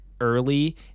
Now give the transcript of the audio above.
early